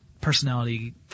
personality